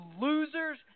losers